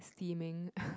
steaming